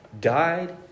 died